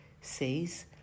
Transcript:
says